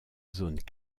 zone